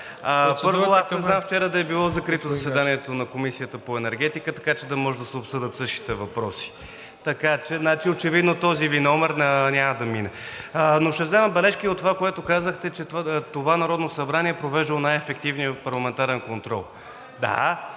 Първо, аз не знам вчера да е било закрито заседанието на Комисията по енергетика, така че да могат да се обсъдят същите въпроси. Очевидно този Ви номер няма да мине. Но ще взема бележка от това, което казахте, че това Народно събрание е провеждало най-ефективния парламентарен контрол. Да,